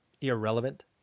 irrelevant